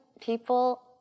people